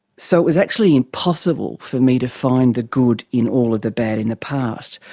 so it was actually impossible for me to find the good in all of the bad in the past.